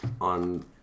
on